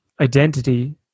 identity